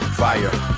fire